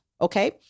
Okay